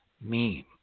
meme